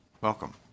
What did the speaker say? welcome